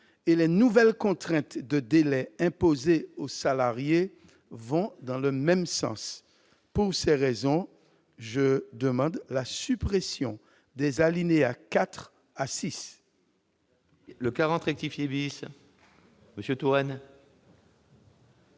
que les nouvelles contraintes de délai imposées aux salariés vont dans le même sens. Pour ces raisons, nous demandons la suppression des alinéas 4 à 6